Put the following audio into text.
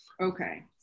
Okay